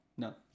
No